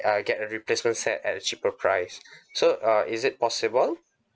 uh get a replacement set at a cheaper price so uh is it possible